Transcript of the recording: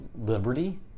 liberty